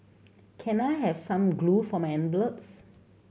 can I have some glue for my envelopes